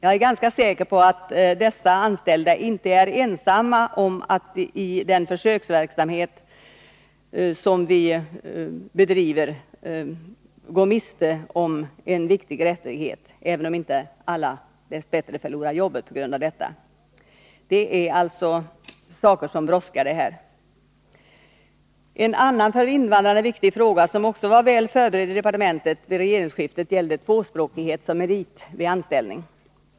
Jag är ganska säker på att dessa anställda inte är ensamma om att i den ”försöksverksamhet” som vi bedriver gå miste om en viktig rättighet, även om dess bättre inte alla förlorar jobbet på grund av detta. Det är alltså saker som brådskar. En annan för invandrarna viktig fråga, som också var väl förberedd i departementet vid regeringsskiftet, gäller tvåspråkighet som merit vid anställning.